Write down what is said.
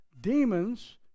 demons